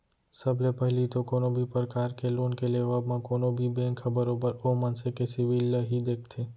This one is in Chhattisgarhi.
सब ले पहिली तो कोनो भी परकार के लोन के लेबव म कोनो भी बेंक ह बरोबर ओ मनसे के सिविल ल ही देखथे